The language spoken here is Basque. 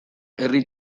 herri